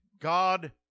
God